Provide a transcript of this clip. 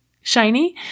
shiny